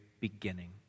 beginning